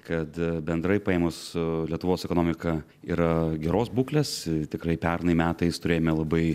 kad bendrai paėmus su lietuvos ekonomika yra geros būklės tikrai pernai metais turėjome labai